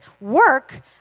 work